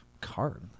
card